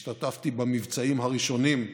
השתתפתי במבצעים הראשונים,